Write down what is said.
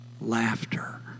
laughter